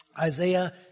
Isaiah